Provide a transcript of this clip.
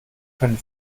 können